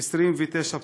29 פצועות,